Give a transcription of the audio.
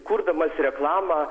kurdamas reklamą